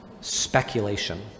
speculation